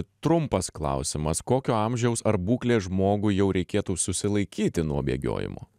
trumpas klausimas kokio amžiaus ar būklės žmogui jau reikėtų susilaikyti nuo bėgiojimo